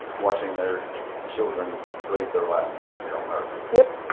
watching their children breathe their last breath here on earth. yep.